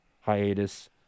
hiatus